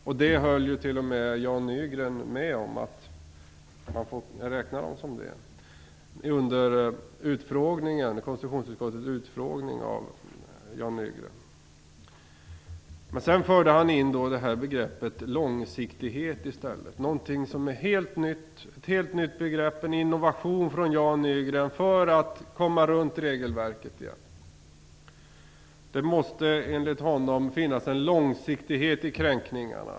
Under konstitutionsutskottets utfrågning av Jan Nygren höll t.o.m. han med om att det var en riktig beteckning. Men sedan förde han in begreppet "långsiktighet" i stället. Det är någonting helt nytt - ett helt nytt begrepp och en innovation från Jan Nygren för att komma runt regelverket igen. Det måste enligt honom finnas en långsiktighet i kränkningarna.